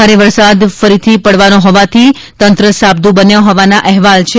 ભારે વરસાદ ફરીથી પડવાનો હોવાથી તંત્ર સાબદું બન્યું હોવાના અહેવાલ છે